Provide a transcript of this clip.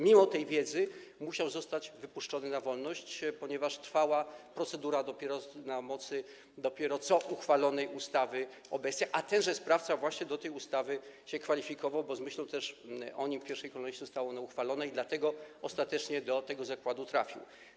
Mimo tej wiedzy musiał zostać wypuszczony na wolność, ponieważ dopiero trwała procedura na mocy dopiero co uchwalonej ustawy o bestiach, a tenże sprawca właśnie do tej ustawy się kwalifikował, bo też z myślą o nim w pierwszej kolejności zostało to uchwalone i dlatego ostatecznie do tego zakładu trafił.